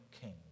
king